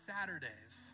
Saturdays